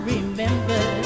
Remember